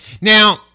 Now